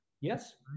Yes